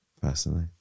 Personally